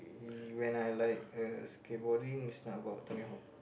uh when I like uh skate boarding is about Tony-Hawk